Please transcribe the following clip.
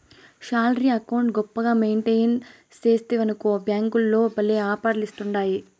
salary account గొప్పగా maintain సేస్తివనుకో బ్యేంకోల్లు భల్లే ఆపర్లిస్తాండాయి